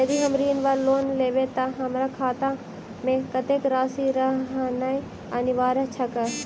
यदि हम ऋण वा लोन लेबै तऽ हमरा खाता मे कत्तेक राशि रहनैय अनिवार्य छैक?